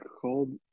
called